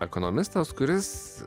ekonomistas kuris